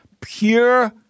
pure